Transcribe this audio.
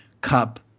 Cup